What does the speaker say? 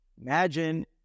Imagine